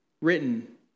written